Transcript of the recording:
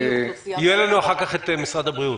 יהיה לנו אחר כך את משרד הבריאות,